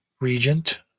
regent